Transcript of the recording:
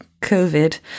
COVID